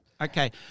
Okay